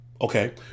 Okay